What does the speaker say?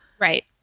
Right